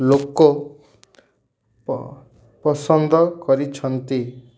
ଲୋକ ପସନ୍ଦ କରିଛନ୍ତି